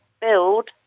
build